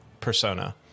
persona